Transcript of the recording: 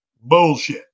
Bullshit